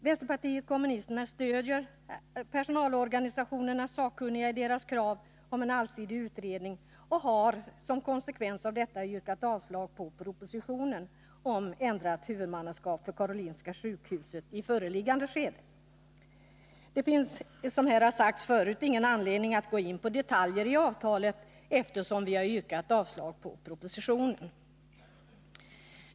Vänsterpartiet kommunisterna stöder personalorganisationernas sakkunniga i deras krav på en allsidig utredning och har som konsekvens av detta yrkat avslag på propositionen om ändrat huvudmannaskap för Karolinska sjukhuset i föreliggande skede. Det finns, som här har sagts förut, ingen anledning att gå in på detaljer i avtalet, eftersom vi har yrkat avslag på propositionen.